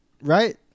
Right